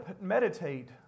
meditate